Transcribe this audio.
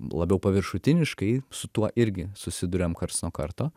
labiau paviršutiniškai su tuo irgi susiduriam karts nuo karto